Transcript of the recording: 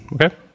Okay